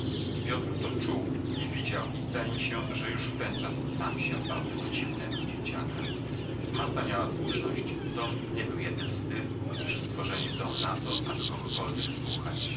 piotr to czuł i widział i zdaje mi się że już wtenczas sam się bał tego dziwnego dzieciaka marta miała słuszność tom nie był jednym z tych którzy stworzeni są na to aby kogokolwiek słuchać